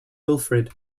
wilfred